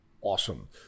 Awesome